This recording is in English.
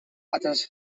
others